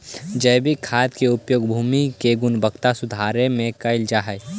जैविक खाद के उपयोग भूमि के गुणवत्ता सुधारे में कैल जा हई